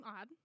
odd